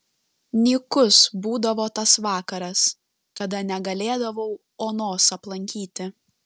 nykus būdavo tas vakaras kada negalėdavau onos aplankyti